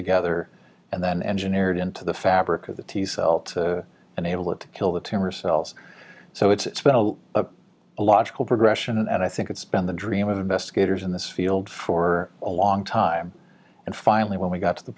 together and then engineer it into the fabric of the t cell and able to kill the tumor cells so it's been a a logical progression and i think it's been the dream of investigators in this field for a long time and finally when we got to the